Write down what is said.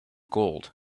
gold